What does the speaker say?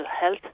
health